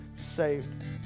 saved